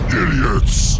idiots